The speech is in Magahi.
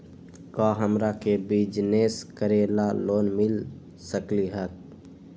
का हमरा के बिजनेस करेला लोन मिल सकलई ह?